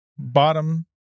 Bottom